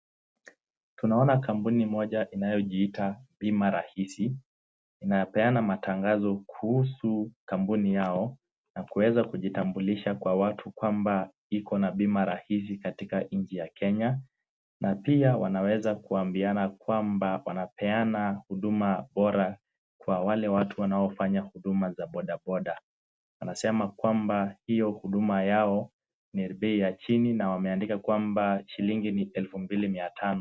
Tunaona kampuni moja inayojiita Bima Rahisi inayopeana matangazo kuhusu kampuni yao na kuweza kujitambulisha kwa watu kwamba iko na bima rahisi katika nchi ya Kenya. Na pia wanaweza kuambiana kwamba wanapeana huduma bora kwa wale watu wanaofanya huduma za bodaboda. Wanasema kwamba hiyo huduma yao ni bei ya chini na wameandika kwamba shilingi ni 2500.